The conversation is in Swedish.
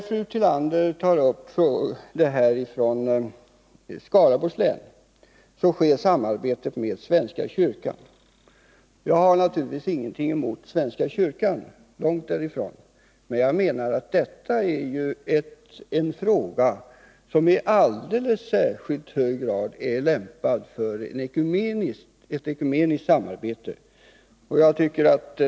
Fru Tillander tar upp frågan om samarbetet mellan svenska kyrkan och skolan i Skaraborgs län. Jag har naturligtvis ingenting emot svenska kyrkan, långt därifrån, men jag menar att detta är en fråga som i särskilt hög grad är lämpad för ett ekumeniskt samarbete.